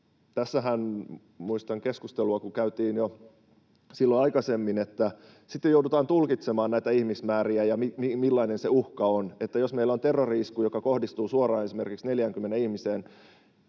tässähän keskustelua käytiin jo silloin aikaisemmin siitä, että sitten joudutaan tulkitsemaan näitä ihmismääriä ja sitä, millainen se uhka on. Meillä voi olla terrori-isku, joka kohdistuu suoraan esimerkiksi 40 ihmiseen,